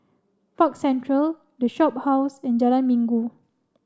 Park Central The Shophouse and Jalan Minggu